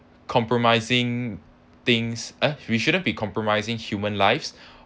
compromising things eh we shouldn't be compromising human lives